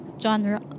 Genre